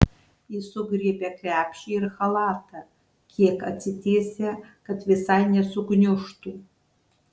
ji sugriebia krepšį ir chalatą kiek atsitiesia kad visai nesugniužtų